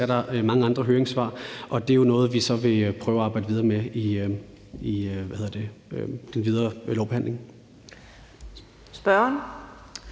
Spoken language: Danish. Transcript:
er der mange andre høringssvar, og det er jo noget, vi så vil prøve at arbejde videre med i den videre lovbehandling. Kl.